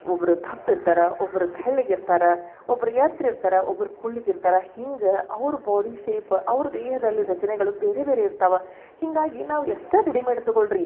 ಒಬ್ಬರು ದಪ್ಪ ಇರ್ತಾರ ಒಬ್ಬರು ತೆಳ್ಳಗೆ ಇರ್ತಾರೆ ಒಬ್ಬರು ಎತ್ರ ಇರ್ತಾರೆ ಒಬ್ಬರು ಕುಳ್ಳಗೆ ಇರ್ತಾರೆ ಹಿಂಗೆ ಅವ್ರ ಬಾಡಿ ಶೇಪ್ ಅವ್ರ ದೇಹದಲ್ಲಿ ರಚನೆಗಳು ಬೇರೆ ಬೇರೆ ಇರ್ತವೆ ಹೀಗಾಗಿ ನಾವು ಎಷ್ಟೇ ರೆಡಿಮೇಡ್ ತೊಗೊಳ್ಳಿರಿ